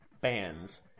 bands